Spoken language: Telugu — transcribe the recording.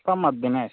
చెప్పమ్మ దినేష్